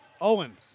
Owen